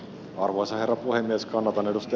arvoisa herra puhemies